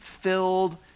filled